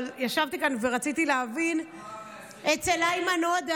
אבל ישבתי כאן ורציתי להבין מאיימן עודה,